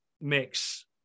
mix